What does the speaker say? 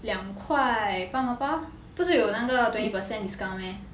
两块八毛八不是有那个 twenty percent discount meh